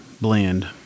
blend